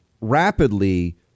rapidly